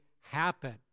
happen